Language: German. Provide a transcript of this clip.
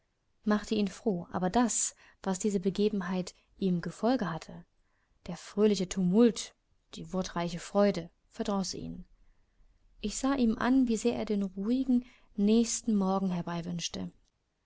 machte ihn froh aber das was diese begebenheit im gefolge hatte der fröhliche tumult die wortreiche freude verdroß ihn ich sah ihm an wie sehr er den ruhigeren nächsten morgen